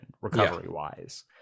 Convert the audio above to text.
recovery-wise